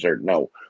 No